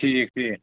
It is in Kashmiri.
ٹھیٖک ٹھیٖک